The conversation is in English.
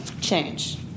change